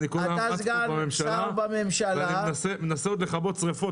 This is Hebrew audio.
אני כל הזמן רץ בממשלה ומנסה לכבות שרפות.